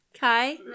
Kai